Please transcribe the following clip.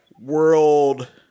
world